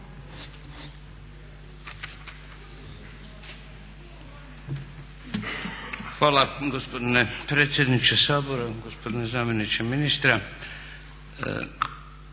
Hvala gospodine predsjedniče Sabora, gospodine zamjeniče ministra.